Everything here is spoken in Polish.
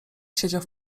siedział